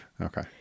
Okay